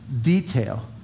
detail